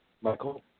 Michael